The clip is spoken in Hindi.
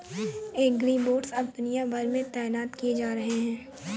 एग्रीबोट्स अब दुनिया भर में तैनात किए जा रहे हैं